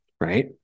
right